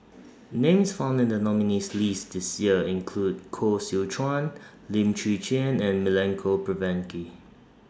Names found in The nominees' list This Year include Koh Seow Chuan Lim Chwee Chian and Milenko Prvacki